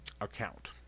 account